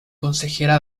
consejera